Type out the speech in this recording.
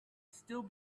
still